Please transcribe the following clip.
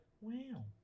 wow